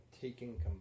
taking